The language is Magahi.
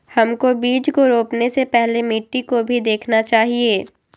हमको बीज को रोपने से पहले मिट्टी को भी देखना चाहिए?